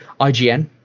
IGN